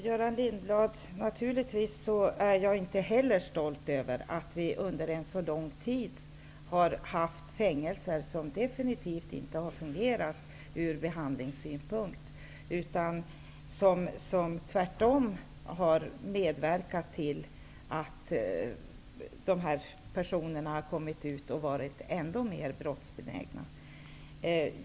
Herr talman! Naturligtvis är inte heller jag stolt, Göran Lindblad, över att vi under en så lång tid har haft fängelser som absolut inte har fungerat från behandlingssynpunkt. Tvärtom har de medverkat till att dessa personer när de har frigivits har varit ännu mera brottsbenägna.